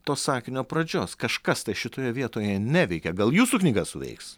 to sakinio pradžios kažkas tai šitoje vietoje neveikia gal jūsų knyga suveiks